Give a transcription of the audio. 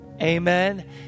Amen